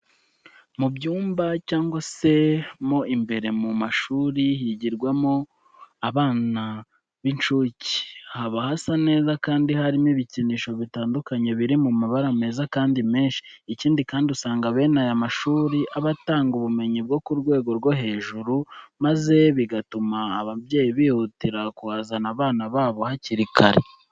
Mu byumba cyangwa se mo imbere mu mashuri yigirwamo n'abana b'incuke, haba hasa neza kandi harimo ibikinisho bitandukanye biri mu mabara meza kandi menshi. Ikindi kandi usanga bene aya mashuri aba atanga ubumenyi bwo ku rwego rwo hejuru, maze bigatuma ababyeyi bihutira kuhazana abana babo hakiri kare.